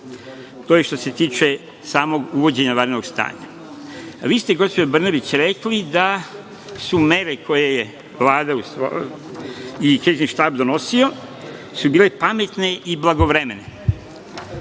To je što se tiče samog uvođenja vanrednog stanja. Vi ste gospođo Brnabić rekli da su mere koje je Vlada i Krizni štab donosio, bile pametne i blagovremene.